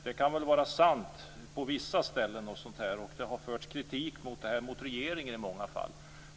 Det kan väl vara sant på vissa ställen. Det har framförts kritik mot regeringen i många fall.